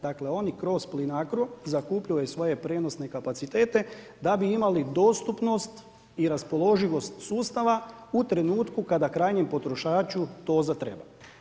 Dakle, oni kroz Plinacro zakupljuju svoje prijenosne kapacitete da bi imali dostupnost i raspoloživost sustava u trenutku kada krajnjem potrošaču to zatreba.